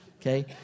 Okay